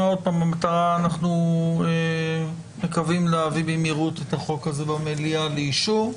אנחנו מקווים להביא את החוק הזה במהירות לאישור במליאה.